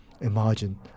imagine